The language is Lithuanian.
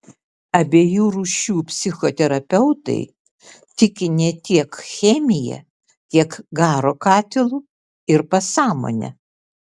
abiejų rūšių psichoterapeutai tiki ne tiek chemija kiek garo katilu ir pasąmone